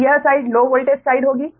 तो यह side low voltage side होगी